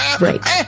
Right